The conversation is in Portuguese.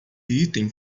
item